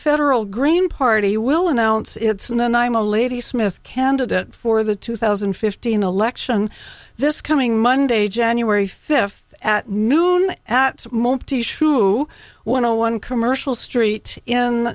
federal green party will announce it's in and i'm a lady smith candidate for the two thousand and fifteen election this coming monday january fifth at noon at moped issue one o one commercial street in